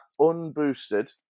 unboosted